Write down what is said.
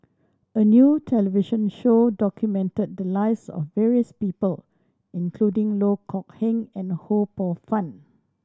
a new television show documented the lives of various people including Loh Kok Heng and Ho Poh Fun